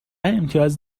امتیاز